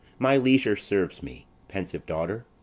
my leisure serves me, pensive daughter,